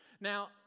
Now